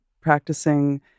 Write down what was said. practicing